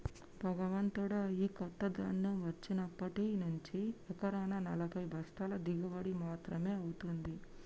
భగవంతుడా, ఈ కొత్త ధాన్యం వచ్చినప్పటి నుంచి ఎకరానా నలభై బస్తాల దిగుబడి మాత్రమే అవుతుంది